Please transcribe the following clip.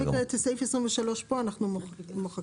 את סעיף 23 שפה אנחנו מוחקים,